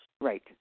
Right